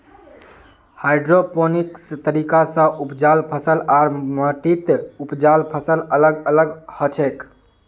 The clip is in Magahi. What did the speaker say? हाइड्रोपोनिक्स तरीका स उपजाल फसल आर माटीत उपजाल फसल अलग अलग हछेक